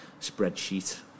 spreadsheet